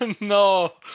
No